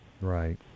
Right